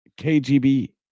KGB